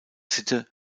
sitte